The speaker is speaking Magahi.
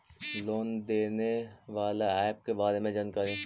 लोन देने बाला ऐप के बारे मे जानकारी?